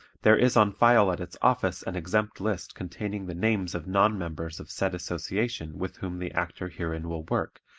there is on file at its office an exempt list containing the names of non-members of said association with whom the actor herein will work,